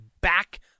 back